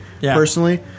personally